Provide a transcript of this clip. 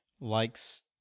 likes